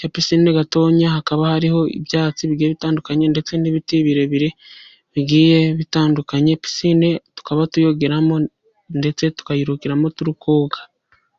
ya pisine gato hakaba hariho ibyatsi bigiye bitandukanye, ndetse n'ibiti birebire bigiye bitandukanye. Pisine tukaba tuyogeramo ndetse tukayirukiramo turi koga.